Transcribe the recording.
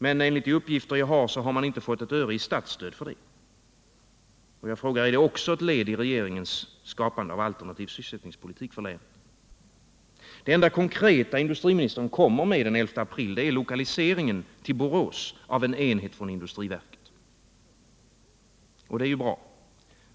Men enligt de uppgifter jag har har man inte fått ett öre i statsstöd för det. Och jag frågar: Är det också ett led i regeringens skapande av alternativ sysselsättningspolitik för länet? Det enda konkreta industriministern kom med den 11 april var lokaliseringen till Borås av en enhet från industriverket. Det är ju bra.